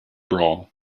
brawl